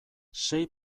sei